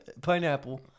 pineapple